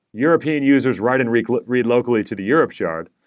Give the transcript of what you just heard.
european users write and read like read locally to the europe shard,